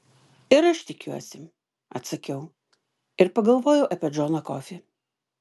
ir aš tikiuosi atsakiau ir pagalvojau apie džoną kofį